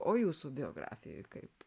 o jūsų biografijoj kaip